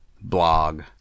blog